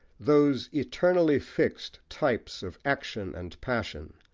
those eternally fixed types of action and passion,